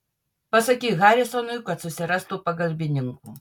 pasakyk harisonui kad susirastų pagalbininkų